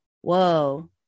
Whoa